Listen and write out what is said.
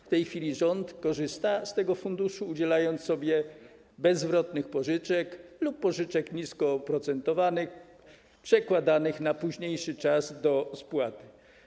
W tej chwili rząd korzysta z tego funduszu, udzielając sobie bezzwrotnych pożyczek lub pożyczek nisko oprocentowanych przekładanych na późniejszy czas do spłaty.